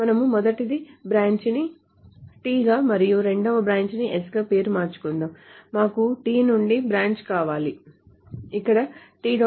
మనము మొదటి బ్రాంచిని T గా మరియు రెండవ బ్రాండ్ S గా పేరు మార్చుకుందాం మాకు T నుండి బ్రాంచ్ కావాలి ఇక్కడ T